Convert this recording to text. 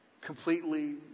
completely